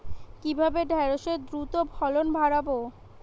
কিভাবে ঢেঁড়সের দ্রুত ফলন বাড়াব?